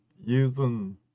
using